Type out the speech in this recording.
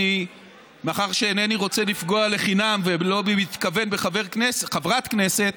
מאחר שאינני רוצה לפגוע לחינם ולא במתכוון בחברת כנסת,